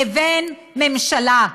לבין ממשלה?